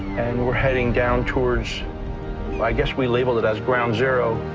and we're heading down towards i guess we labeled it as ground zero.